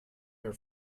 her